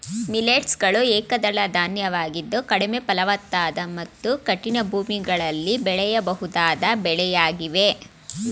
millets ಗಳು ಏಕದಳ ಧಾನ್ಯವಾಗಿದ್ದು ಕಡಿಮೆ ಫಲವತ್ತಾದ ಮತ್ತು ಕಠಿಣ ಭೂಮಿಗಳಲ್ಲಿ ಬೆಳೆಯಬಹುದಾದ ಬೆಳೆಯಾಗಿವೆ